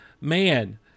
Man